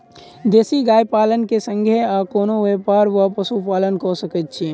देसी गाय पालन केँ संगे आ कोनों व्यापार वा पशुपालन कऽ सकैत छी?